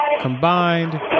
combined